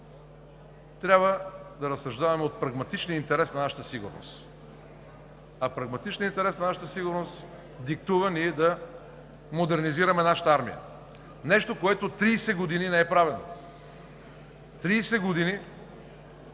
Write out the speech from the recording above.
Трябва да разсъждаваме от прагматичния интерес на нашата сигурност, а прагматичният интерес на нашата сигурност диктува да модернизираме нашата армия – нещо, което 30 години не е правено. Тридесет години